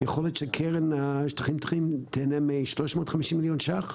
יכול להיות שהקרן לשטחים פתוחים תיהנה מ-350 מיליון ש"ח?